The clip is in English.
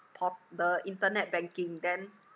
por~ the internet banking then